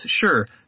sure